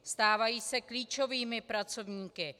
Stávají se klíčovými pracovníky.